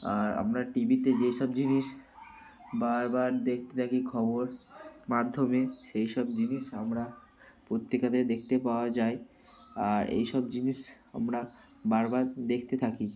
আর আমরা টি ভিতে যেসব জিনিস বার বার দেখতে থাকি খবর মাধ্যমে সেই সব জিনিস আমরা পত্রিকাতে দেখতে পাওয়া যায় আর এই সব জিনিস আমরা বার বার দেখতে থাকি